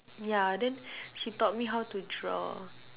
yeah then she taught me how to draw